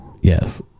Yes